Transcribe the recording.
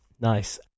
Nice